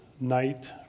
night